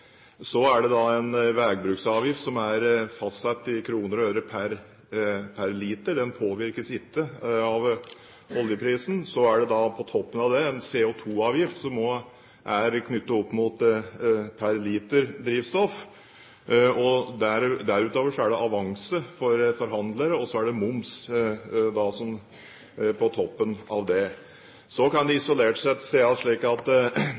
er det en råoljepris. Så er det en vegbruksavgift som er fastsatt i kroner og øre per liter; den påvirkes ikke av oljeprisen. Så er det på toppen av det en CO2-avgift, som også er knyttet opp mot liter drivstoff. Utover det er det avanse for forhandler, og så er det moms på toppen av det. Så kan det isolert sett ses slik at